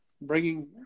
bringing